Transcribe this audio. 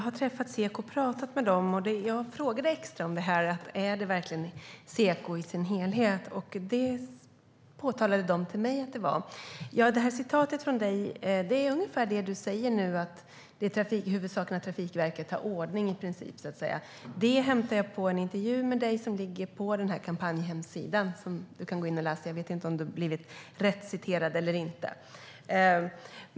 Fru talman! Jag har pratat med Seko och frågade då extra om det verkligen är Seko i sin helhet som står bakom kampanjen, och det sa de till mig att det är. Uttalandet, som innebär ungefär det du säger nu om att huvudsaken är att Trafikverket har ordning, hämtade jag i en intervju med dig som ligger på kampanjhemsidan. Du kan gå in och läsa där. Jag vet inte om du har blivit rätt citerad eller inte.